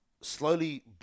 slowly